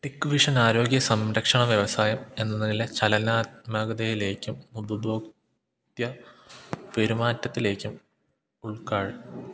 tech vision ആരോഗ്യ സംരക്ഷണ വ്യവസായം എന്നതിലെ ചലനാത്മകതയിലേക്കും ഉപഭോക്തൃ പെരുമാറ്റത്തിലേക്കും